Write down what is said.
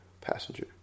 Passenger